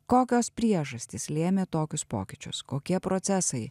kokios priežastys lėmė tokius pokyčius kokie procesai